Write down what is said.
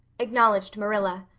acknowledged marilla.